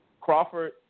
Crawford